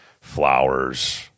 flowers